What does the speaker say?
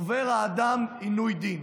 עובר האדם עינוי דין,